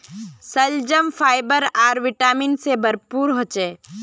शलजम फाइबर आर विटामिन से भरपूर ह छे